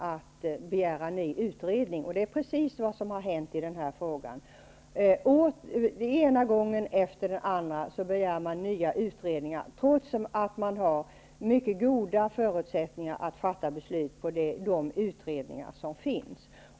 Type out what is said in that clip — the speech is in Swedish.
Det är precis vad som har hänt i den här frågan. Den ena gången efter den andra begär man nya utredningar, trots att man har mycket goda förutsättningar att fatta beslut på grundval av de utredningar som finns.